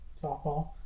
softball